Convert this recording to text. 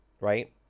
right